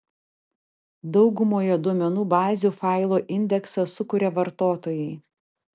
daugumoje duomenų bazių failo indeksą sukuria vartotojai